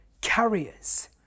carriers